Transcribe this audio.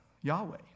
Yahweh